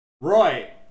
Right